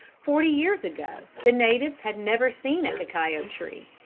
forty years ago the natives had never seen a cacao tree,